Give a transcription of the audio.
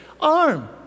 arm